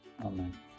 Amen